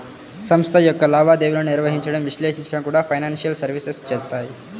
సంస్థ యొక్క లావాదేవీలను నిర్వహించడం, విశ్లేషించడం కూడా ఫైనాన్షియల్ సర్వీసెస్ చేత్తాయి